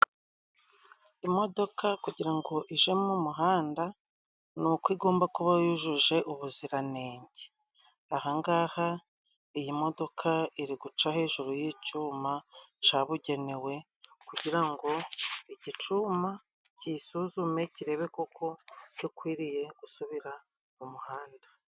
Imodoka kugira ngo ije mu muhanda, ni uko igomba kuba yujuje ubuziranenge. Ahangaha, iyi modoka iri guca hejuru y'icuma cabugenewe kugira ngo iki cuma kiyisuzume kirebe koko ko ikwiriye gusubira mu muhanda.